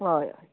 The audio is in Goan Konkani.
होय